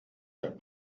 der